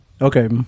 Okay